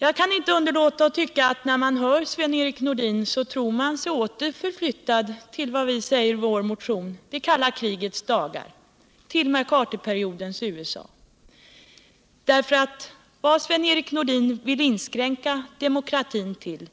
Jag kan inte underlåta att tycka att när man hör Sven-Erik Nordin tror man sig förflyttad tillbaka till — som vi säger i vår motion — det kalla krigets dagar, till McCarthy-periodens USA. Vad Sven-Erik Nordin vill göra är att inskränka demokratin till